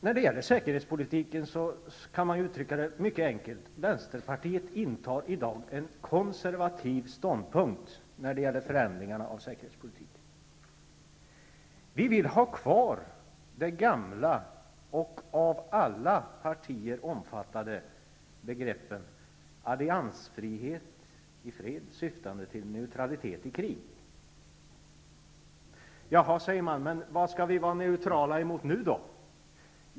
Man kan uttrycka Vänsterpartiets inställning mycket enkelt och säga att Vänsterpartiet i dag intar en konservativ ståndpunkt när det gäller förändringarna av säkerhetspolitiken. Vi vill ha det gamla och av alla partier omfattade begreppet alliansfrihet i fred syftande till neutralitet i krig. Då frågas vad vi skall vara neutrala gentemot nu.